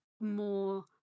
more